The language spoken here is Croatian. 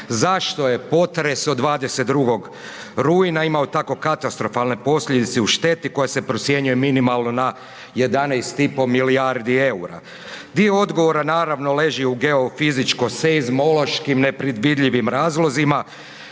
zašto je potres od 22. rujna imao tako katastrofalne posljedice u šteti koja se procjenjuje minimalno na 11,5 milijardi EUR-a. Dio odgovora naravno leži u geofizičko seizmološki nepredvidljivim razlozima